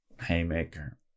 haymaker